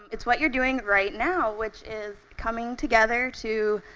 it's what you're doing right now, which is, coming together to,